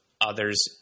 others